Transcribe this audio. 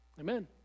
Amen